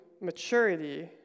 maturity